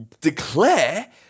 declare